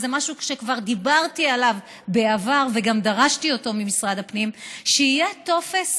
וזה משהו שכבר דיברתי עליו בעבר וגם דרשתי אותו ממשרד הפנים: שיהיה טופס